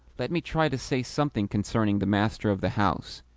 let me try to say something concerning the master of the house.